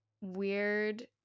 weird